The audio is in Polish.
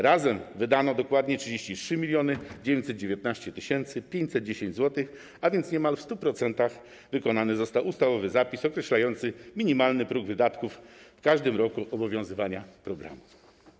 Razem wydano dokładnie 33 919 510 zł, a więc niemal w 100% wykonany został ustawowy zapis określający minimalny próg wydatków w każdym roku obowiązywania programu.